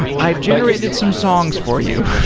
i've generated some songs for you.